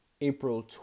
April